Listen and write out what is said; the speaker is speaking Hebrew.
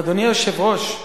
אדוני היושב-ראש,